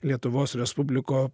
lietuvos respubliko